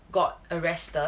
got arrested